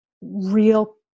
real